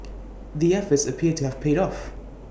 the efforts appear to have paid off